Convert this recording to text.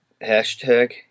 Hashtag